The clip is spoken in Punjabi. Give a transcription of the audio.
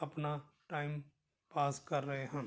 ਆਪਣਾ ਟਾਈਮ ਪਾਸ ਕਰ ਰਹੇ ਹਨ